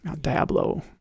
Diablo